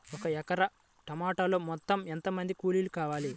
ఒక ఎకరా టమాటలో మొత్తం ఎంత మంది కూలీలు అవసరం?